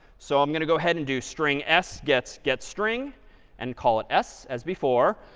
so i'm going to go ahead and do string s gets getstring and call it s, as before.